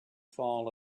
fall